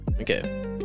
Okay